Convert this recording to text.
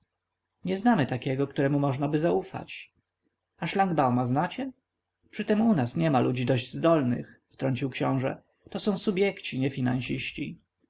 nie znamy takiego któremu możnaby zaufać a szlangbauma znacie przytem u nas nie ma ludzi dość zdolnych wtrącił książe to są subjekci nie